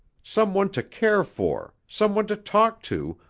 some one to care for, some one to talk to,